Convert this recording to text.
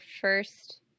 first